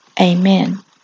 Amen